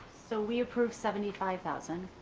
so we approved seventy five thousand?